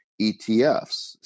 ETFs